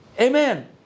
Amen